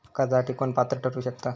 कर्जासाठी कोण पात्र ठरु शकता?